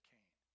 Cain